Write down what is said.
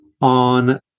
on